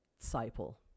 disciple